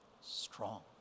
strong